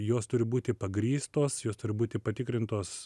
jos turi būti pagrįstos jos turi būti patikrintos